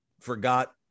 forgot